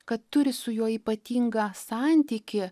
kad turi su juo ypatingą santykį